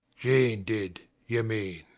jane did, you mean.